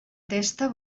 testa